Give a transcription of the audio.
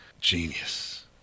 genius